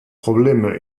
probleme